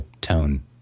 tone